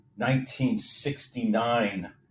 1969